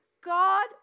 god